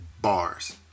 Bars